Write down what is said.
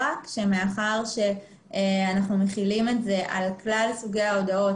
מאחר שאנחנו מחילים את זה על כלל סוגי ההודעות,